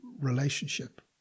relationship